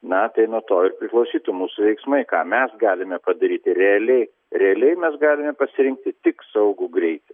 na tai nuo to ir priklausytų mūsų veiksmai ką mes galime padaryti realiai realiai mes galime pasirinkti tik saugų greitį